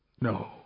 No